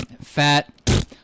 fat